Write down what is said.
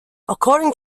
according